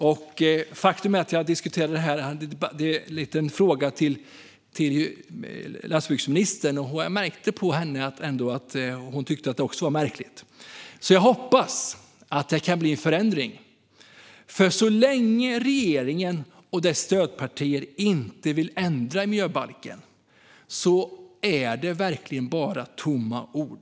Jag ställde en fråga om det här till landsbygdsministern, och jag märkte att hon också tyckte att det är märkligt. Jag hoppas att det kan bli en förändring, för så länge regeringen och dess stödpartier inte vill ändra i miljöbalken är det verkligen bara tomma ord.